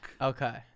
Okay